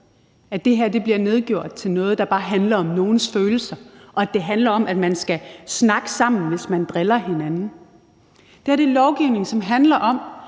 at det her bliver nedgjort til noget, der bare handler om nogens følelser, og at det handler om, at man skal snakke sammen, hvis man driller hinanden. Det her er lovgivning, som handler om,